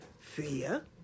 Fear